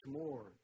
more